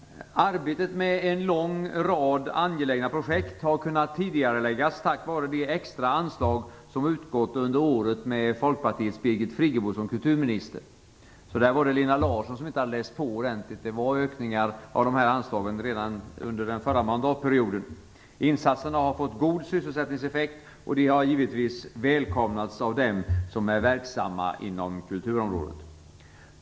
Arbetet med en lång rad angelägna projekt har kunnat tidigareläggas tack vare de extra anslag som utgått under åren med Folkpartiets Birgit Friggebo som kulturminister. Där var det Lena Larsson som inte hade läst på ordentligt. Det gjordes ökningar av de här anslagen redan under den förra mandatperioden. Insatserna har fått god sysselsättningseffekt och de har givetvis välkomnats av dem som är verksamma inom kulturområdet.